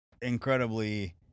incredibly